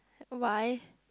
why